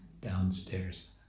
downstairs